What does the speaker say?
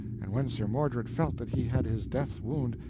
and when sir mordred felt that he had his death's wound,